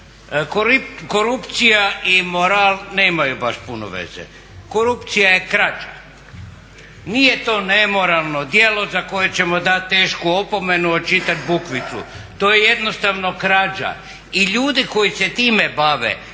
Korupcija i moral nemaju baš puno veze. Korupcija je kraća. Nije to nemoralno djelo za koje ćemo dat tešku opomenu, očitat bukvicu. To je jednostavno krađa. I ljudi koji se time bave